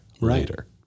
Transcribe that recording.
later